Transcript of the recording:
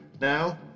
Now